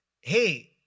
hey